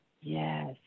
Yes